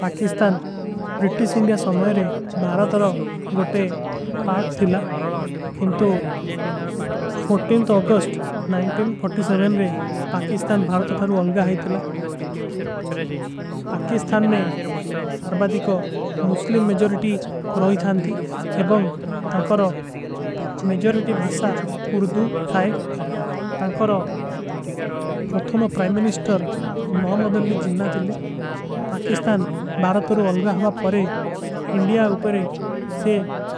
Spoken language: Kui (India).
Pakistan British India ସମଯରେ ଭାରତ ରୋ ଗୋଟେ। ପାଟ ଥିଲା କିନ୍ଟୋ ଅଗୁସ୍ଟ ରେ ପାକିସ୍ତାନ ଭାରତ ରୋ। ଅଲଗା ହୈ ଥିଲା ପାକିସ୍ତାନ ନେ ଅର୍ବାଦୀ କୋ ମୁସ୍ଲିମ। ମେଜୌରିଟୀ ରୋଯ ଥାନ ଥୀ ଏବଂଗ ତାଂକର ମେଜୌରିଟୀ ଭାସା। ଉର୍ଦୂ ଥାଏ ତାଂକର ପ୍ରତୁମ ପ୍ରାଇମ ମିନିସ୍ଟର ମହମଦଲୀ। ଜିନ୍ନା ଥିଲେ ପାକିସ୍ତାନ ଭାରତ ରୋ ଅଲଗା ହବା ପରେ। ଇଂଡିଯା ଉପରେ ସେ